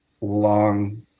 long